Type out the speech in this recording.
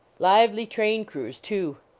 lively train crews, too.